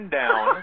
down